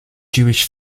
jewish